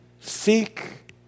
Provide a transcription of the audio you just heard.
Seek